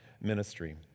ministry